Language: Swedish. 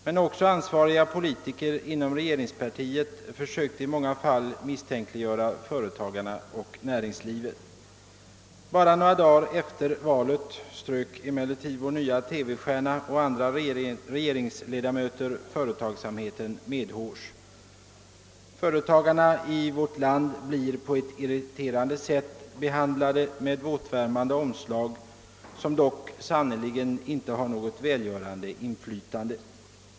Men också ansvariga politiker inom regeringspartiet försökte i många fall misstänkliggöra företagarna och näringslivet. Bara några dagar efter valet strök emellertid vår nya TV-stjärna och andra regeringsledamöter företagsamheten medhårs. Företagarna i vårt land blir på ett irriterande sätt behandlade med våt värmande omslag, som emellertid sannerligen inte har något välgörande inflytande.